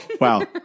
wow